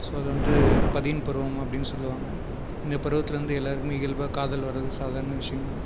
so அது வந்து பதின் பருவம் அப்படின்னு சொல்லுவாங்கள் இந்த பருவத்தில் வந்து எல்லாருக்குமே இயல்பாக காதல் வருவது சாதாரண விஷயம் தான்